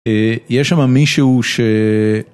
יש שם מישהו ש...